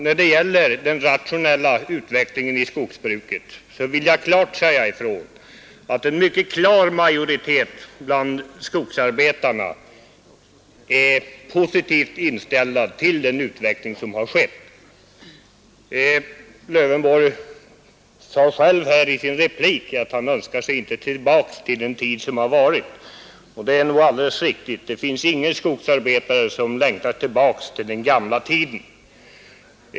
När det gäller rationaliseringen i skogsbruket så vill jag bestämt säga ifrån att en mycket klar majoritet av skogsarbetarna är positivt inställd till den utveckling som har skett. Herr Lövenborg sade själv i sin replik att han inte önskar sig tillbaka till den tid som varit, och det är alldeles riktigt. Det finns ingen skogsarbetare som längtar tillbaks till den gamla tiden.